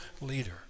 leader